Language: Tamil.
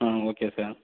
ah okay sir